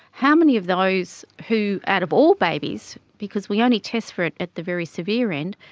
how many of those who, out of all babies, because we only test for it at the very severe end,